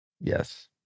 Yes